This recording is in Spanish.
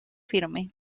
firme